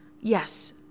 yes